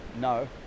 no